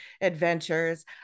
adventures